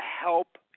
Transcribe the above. help